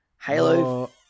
Halo